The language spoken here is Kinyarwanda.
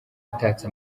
itatse